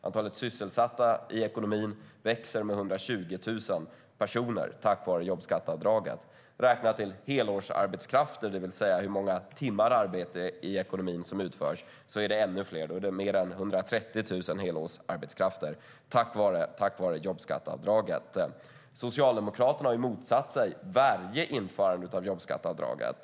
Antalet sysselsatta i ekonomin växer alltså med 120 000 personer tack vare jobbskatteavdraget. Räknat i helårsarbetskraft, det vill säga hur många timmar arbete som utförs i ekonomin, blir det ännu mer. Det blir mer än 130 000 helårsarbetskrafter tack vare jobbskatteavdraget. Socialdemokraterna har motsatt sig varje införande av jobbskatteavdraget.